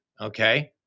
Okay